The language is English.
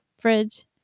fridge